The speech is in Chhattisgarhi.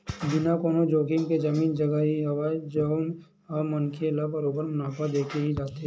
बिना कोनो जोखिम के जमीन जघा ही हवय जउन ह मनखे ल बरोबर मुनाफा देके ही जाथे